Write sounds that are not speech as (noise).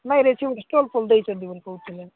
ନାଇଁରେ (unintelligible) ଷ୍ଟଲ୍ଫଲ୍ ଦେଇଛନ୍ତି ବୋଲି କହୁଥିଲେ